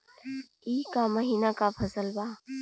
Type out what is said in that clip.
ई क महिना क फसल बा?